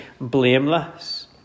blameless